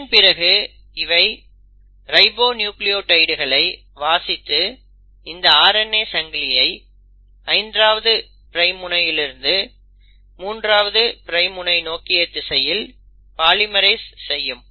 இதன் பிறகு இவை ரைபோநியூக்ளியோடைடுகளை வாசித்து இந்த RNA சங்கிலியை 5ஆவது பிரைம் முனையிலிருந்து 3ஆவது பிரைம் முனை நோக்கிய திசையில் பாலிமரைஸ் செய்யும்